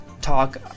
talk